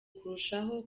kurushaho